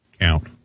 Count